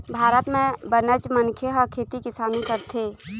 भारत म बनेच मनखे ह खेती किसानी करथे